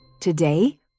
Today